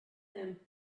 them